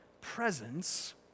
presence